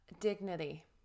dignity